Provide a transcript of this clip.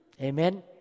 Amen